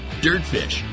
Dirtfish